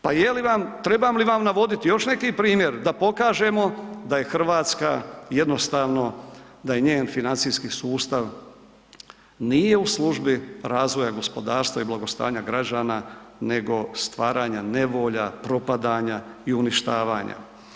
Pa trebam li vam navoditi još neki primjer da pokažemo da je Hrvatska jednostavno, da je njen financijski sustav nije u službi razvoja gospodarstva i blagostanja građana nego stvaranja nevolja, propadanja i uništavanja.